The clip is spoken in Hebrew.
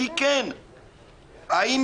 לכן אני